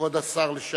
כבוד השר לשעבר.